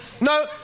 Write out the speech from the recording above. No